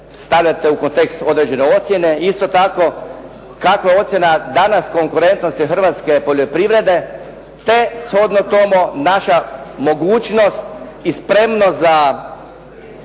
stavljate u kontekst određene ocjene? Isto tako kakva je ocjena danas konkurentnosti hrvatske poljoprivrede, te shodno tomu naša mogućnost i spremnost za